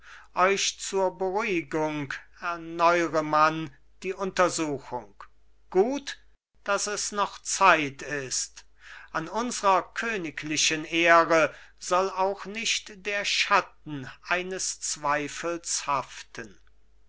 euch zur beruhigung erneure man die untersuchung gut daß es noch zeit ist an unsrer königlichen ehre soll auch nicht der schatten eines zweifels haften